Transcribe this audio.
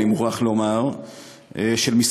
אני מוכרח לומר,